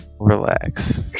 Relax